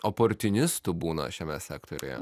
oportunistų būna šiame sektoriuje